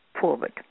forward